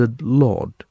Lord